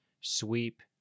sweep